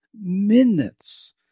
Minutes